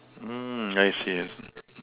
mm I see I see